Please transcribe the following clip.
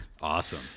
Awesome